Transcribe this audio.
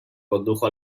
condujo